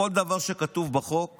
כל דבר שכתוב בחוק